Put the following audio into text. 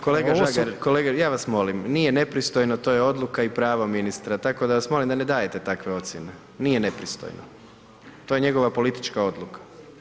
Kolega Žagar, kolega ja vas molim nije nepristojno to je odluka i pravo ministra tako da vas molim da ne dajete takve ocjene, nije nepristojno to je njegova politička odluka.